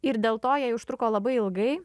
ir dėl to jai užtruko labai ilgai